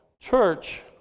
church